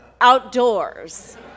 outdoors